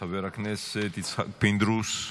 חבר הכנסת יצחק פינדרוס,